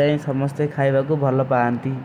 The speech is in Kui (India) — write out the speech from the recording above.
ଦାରା ଚିନନେ ଭୀ ପାରନତୀ।